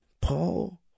Paul